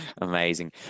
Amazing